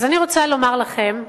אז אני רוצה לומר לכם,